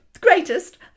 greatest